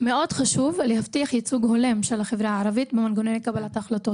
מאוד חשוב להבטיח ייצוג הולם של החברה הערבית במנגנוני קבלת ההחלטות.